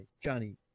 Johnny